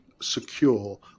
secure